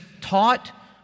taught